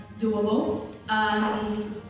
doable